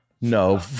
No